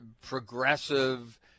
progressive